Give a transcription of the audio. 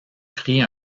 pris